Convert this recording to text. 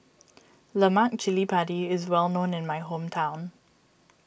Lemak Cili Padi is well known in my hometown